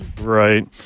right